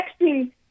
Texting